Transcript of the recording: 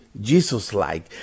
Jesus-like